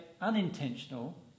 unintentional